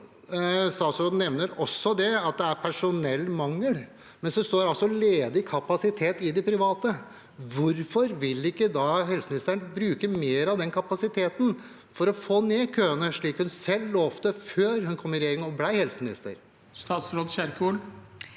statsråden nevner også det – at det er personellmangel mens det står ledig kapasitet i det private. Hvorfor vil ikke helseministeren da bruke mer av den kapasiteten for å få ned køene, slik hun selv lovte før hun kom i regjering og ble helseminister? Statsråd Ingvild